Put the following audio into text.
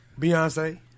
Beyonce